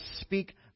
speak